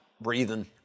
breathing